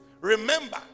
remember